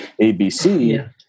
ABC